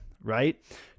right